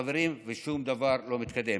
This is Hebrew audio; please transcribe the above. חברים, שום דבר לא מתקדם.